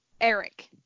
Eric